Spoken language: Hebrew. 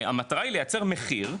המטרה היא לייצר מחיר,